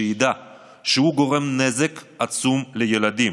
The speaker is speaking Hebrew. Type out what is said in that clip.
שידע שהוא גורם נזק עצום לילדים.